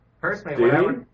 Personally